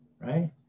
Right